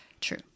true